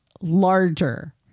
larger